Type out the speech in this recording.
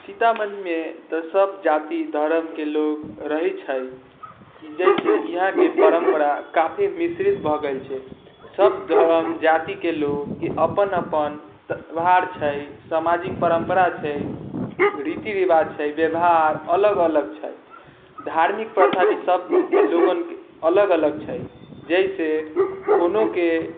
सीतामढ़ी मे तऽ सब जाति धरम के लोग रहै छै जैसे यहाँ के परम्परा काफी मिस्रित भऽ गेल छै सब धरम जाति के लोग के अपन अपन त्योहार छै सामाजिक परम्परा छै रीति रिवाज छै व्यवहार अलग अलग छै धार्मिक प्रथा भी सब लोगन के अलग अलग छै जैसे कोनो के